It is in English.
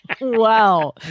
Wow